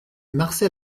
marcel